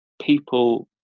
People